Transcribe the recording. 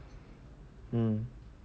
mm